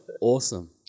awesome